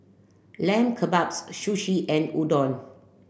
Lamb Kebabs Sushi and Udon